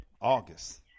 August